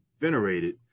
venerated